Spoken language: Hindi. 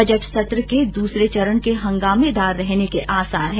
बजट सत्र के दूसरे चरण के हंगामेदार रहने के आसार है